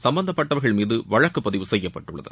சம்மந்தப்பட்டவர்கள் மீது வழக்குப்பதிவு செய்யப்பட்டுள்ளது